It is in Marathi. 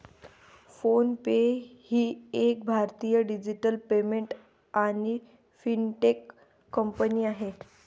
फ़ोन पे ही एक भारतीय डिजिटल पेमेंट आणि फिनटेक कंपनी आहे